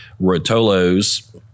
Rotolo's